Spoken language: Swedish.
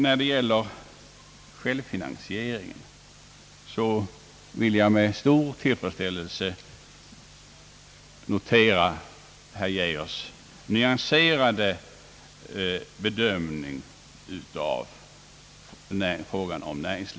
När det gäller självfinansieringen vill jag med stor tillfredsställelse notera herr Arne Geijers nyanserade bedömning av denna fråga.